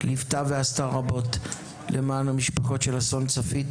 ליוותה את המשפחות של אסון צפית